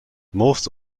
most